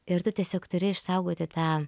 ir tu tiesiog turi išsaugoti tą